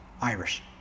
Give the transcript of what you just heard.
Irish